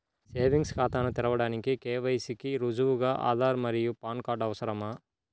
savings ఖాతాను తెరవడానికి KYC కి రుజువుగా ఆధార్ మరియు పాన్ కార్డ్ అవసరం